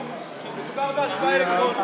כי מדובר בהצבעה אלקטרונית.